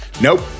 Nope